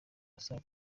basa